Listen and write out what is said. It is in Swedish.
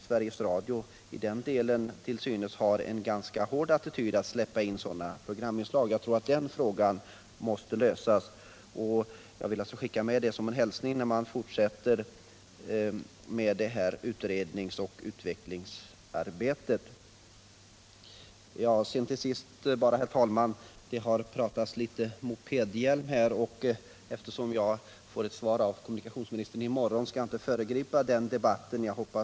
Sveriges Radio har, sägs det, en ganska hård attityd när det gäller att släppa in sådana programinslag. Jag tror att den frågan måste lösas, och jag vill skicka med det som en hälsning när man fortsätter utredningsoch utvecklingsarbetet. Det har talats om mopedhjälmar. Eftersom jag får ett svar av kommunikationsministern i morgon om den saken, skall jag inte föregripa den debatt vi kommer att ha då.